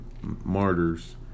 Martyrs